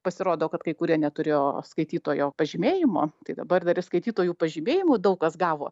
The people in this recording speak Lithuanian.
pasirodo kad kai kurie neturėjo skaitytojo pažymėjimo tai dabar dar ir skaitytojų pažymėjimų daug kas gavo